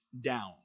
down